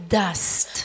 dust